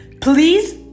Please